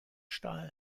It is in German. stahl